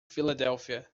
philadelphia